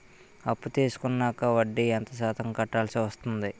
అప్పు తీసుకున్నాక వడ్డీ ఎంత శాతం కట్టవల్సి వస్తుంది?